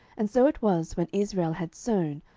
and so it was, when israel had sown,